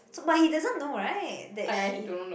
so but he doesn't know right that he